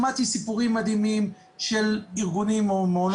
שמעתי סיפורים מדהימים של ארגונים או מעונות פרטיים.